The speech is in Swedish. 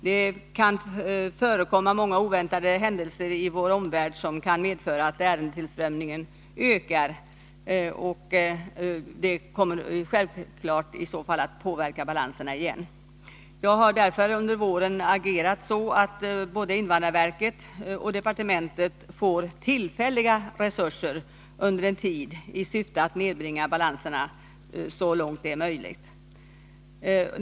Det kan inträffa många oväntade händelser i vår omvärld som medför att ärendetillströmningen ökar, och det kommer självfallet att påverka balanserna. Jag har därför under våren agerat så att både invandrarverket och departementet får tillfälliga resurser under en tid i syfte att nedbringa balanserna så långt det är möjligt.